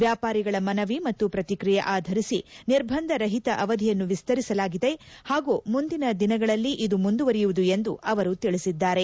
ವ್ಯಾಪಾರಿಗಳ ಮನವಿ ಮತ್ತು ಪ್ರತಿಕ್ರಿಯೆ ಆಧರಿಸಿ ನಿರ್ಬಂಧ ರಹಿತ ಅವಧಿಯನ್ನು ವಿಸ್ತರಿಸಲಾಗಿದೆ ಹಾಗೂ ಮುಂದಿನ ದಿನಗಳಲ್ಲಿ ಇದು ಮುಂದುವರೆಯುವುದು ಎಂದು ಅವರು ತಿಳಿಸಿದ್ದಾರೆ